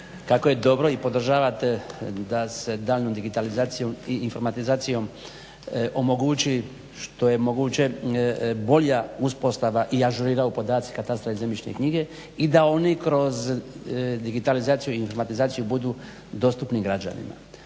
kako je dobro i podržavate da se daljnjom digitalizacijom i informatizacijom omogući što je moguće bolja uspostava i ažuriraju podaci katastra i zemljišne knjige i da oni kroz digitalizaciju i informatizaciju budu dostupni građanima.